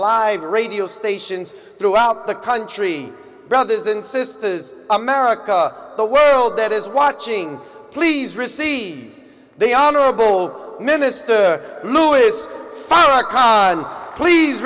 live radio stations throughout the country brothers and sisters america the world that is watching please receive they honorable minister louis